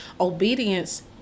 obedience